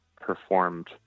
performed